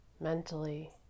mentally